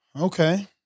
Okay